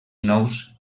nous